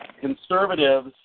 conservatives